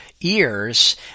ears